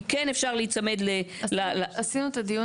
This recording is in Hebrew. כי כן אפשר להיצמד --- עשינו את הדיון